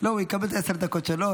הוא יקבל את עשר הדקות שלו.